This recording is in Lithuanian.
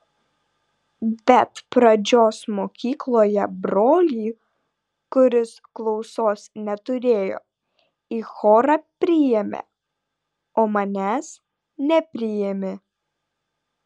bet pradžios mokykloje brolį kuris klausos neturėjo į chorą priėmė o manęs nepriėmė